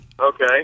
Okay